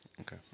Okay